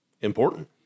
important